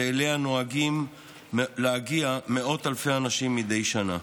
ואליה נוהגים להגיע מאות אלפי אנשים מדי שנה.